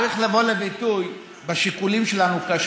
צריך לבוא לידי ביטוי בשיקולים שלנו כאשר